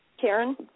Karen